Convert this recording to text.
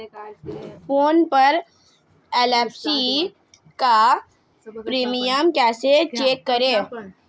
Phone पर LIC का premium कैसे चेक करें?